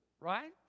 right